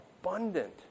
abundant